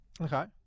Okay